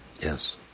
yes